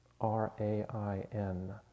R-A-I-N